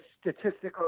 statistical